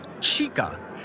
Chica